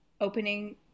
opening